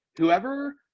whoever